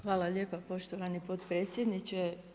Hvala lijepa poštovani potpredsjedniče.